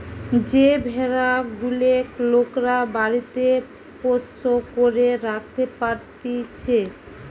যে ভেড়া গুলেক লোকরা বাড়িতে পোষ্য করে রাখতে পারতিছে